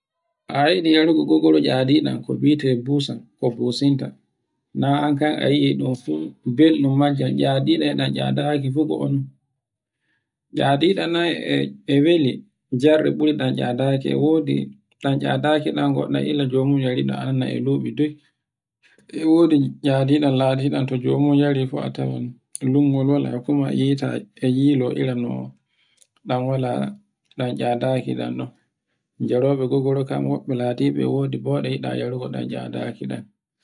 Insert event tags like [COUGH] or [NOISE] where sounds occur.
[NOISE] A yiɗi yarugo gogor jadiɗan ko biten busa, ko businta. [NOISE] Na annkan a yi'I ɗum fu [NOISE] belɗum majje ediɗe aɗaki fu [HESITATION] Eyadineye e weli jarɗe burɗa tcadaki. E wodi ɗan tcadaki ɗan goɗɗan illa jomigo eɗi anna e wodi eydiɗan latiɗan to jomu yari fu a tawan lungol wala kuma a yi'ata e yilo irano ɗan wala ɗan edaki ɗon no. jarako gogoro kan wobbe latino e wodi bauɗe yiɗa yarugo ɗan jadaki ɗan. [NOISE]